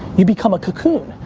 you become a cocoon,